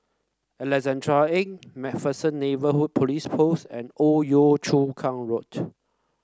Alexandra Lane MacPherson Neighbourhood Police Post and Old Yio Chu Kang Road